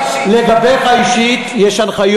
הבעיה היא פוליטית.